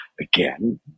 again